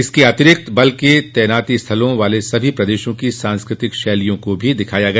इसके अतिरिक्त बल के तैनाती स्थलों वाले सभी प्रदेशों की सांस्कृ तिक शैलियों को भी दिखाया गया